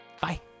Bye